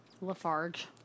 Lafarge